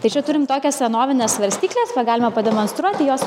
tai čia turim tokias senovines svarstykles va galima pademonstruoti jos